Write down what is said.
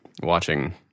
Watching